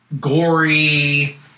gory